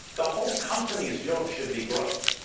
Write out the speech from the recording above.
the whole company's job should be growth.